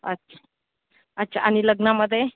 अच्छा अच्छा आणि लग्नामध्ये